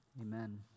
Amen